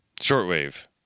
shortwave